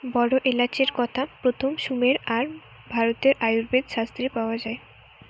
বড় এলাচের কথা প্রথম সুমের আর ভারতের আয়ুর্বেদ শাস্ত্রে পাওয়া যায়